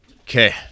Okay